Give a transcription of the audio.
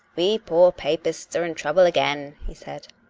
we poor papists are in trouble again, he said.